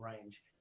range